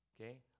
okay